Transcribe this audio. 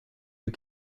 you